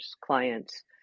clients